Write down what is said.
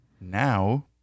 now